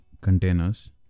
containers